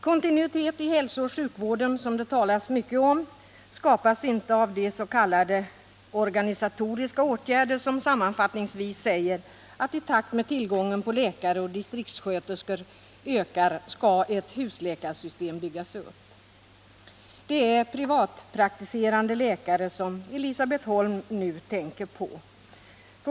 Kontinuitet i hälsooch sjukvården, som det talas mycket om i propositionen, skapas inte av de s.k. organisatoriska åtgärder som sammanfattningsvis innebär att, i takt med att tillgången på läkare och distriktssköterskor ökar, ett husläkarsystem skall byggas upp. Det är privatpraktiserande läkare som Elisabet Holm nu tänker på.